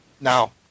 Now –